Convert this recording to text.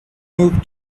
moved